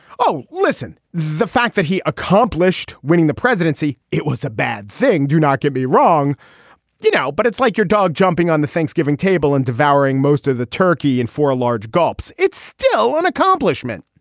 oh listen the fact that he accomplished winning the presidency it was a bad thing. do not get me wrong you know but it's like your dog jumping on the thanksgiving table and devouring most of the turkey and four large gulps. it's still an accomplishment.